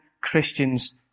Christians